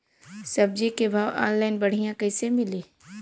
सब्जी के भाव ऑनलाइन बढ़ियां कइसे मिली?